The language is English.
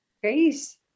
Grace